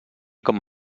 com